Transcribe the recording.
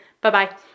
Bye-bye